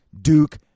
Duke